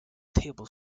table